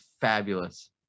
fabulous